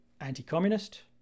anti-communist